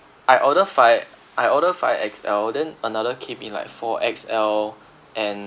I ordered five I ordered five X_L then another came in like four X_L and